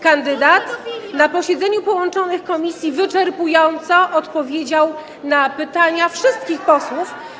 Kandydat na posiedzeniu połączonych komisji wyczerpująco odpowiedział na pytania wszystkich posłów.